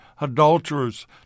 adulterers